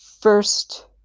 first